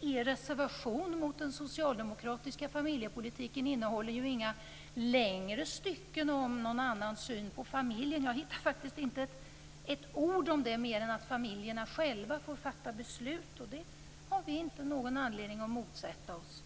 er reservation mot den socialdemokratiska familjepolitiken ju inte innehåller några längre stycken om någon annan syn på familjen. Jag hittar faktiskt inte ett ord om det mer än att familjerna själva skall få fatta beslut. Det har vi ingen anledning att motsätta oss.